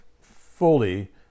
fully